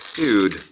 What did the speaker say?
dude.